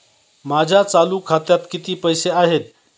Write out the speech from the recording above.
माझ्या चालू खात्यात किती पैसे आहेत?